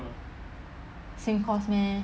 same course meh